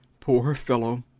poor fellow!